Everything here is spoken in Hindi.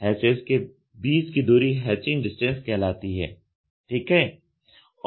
हैचेस के बीच की दूरी हैचिंग डिस्टेंस कहलाती है ठीक है